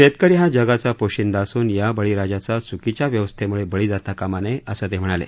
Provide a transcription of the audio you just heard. शेतकरी हा जगाचा पोशिंदा असून या बळीराजाचा चुकीच्या व्यवस्थेमुळे बळी जाता कामा नये असं ते म्हणाले